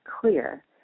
clear